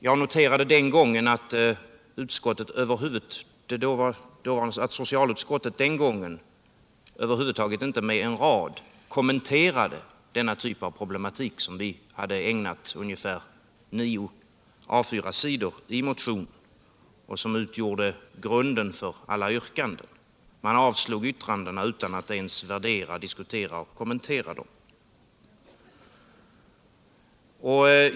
Jag noterade att socialutskottet den gången över huvud taget inte med en rad kommenterade denna typ av problematik, som vi hade ägnat ungefär nio A 4-sidor i motion och som utgjorde grunden för alla yrkanden. Utskottet avslog yrkandena utan att ens värdera, diskutera och kommentera dem.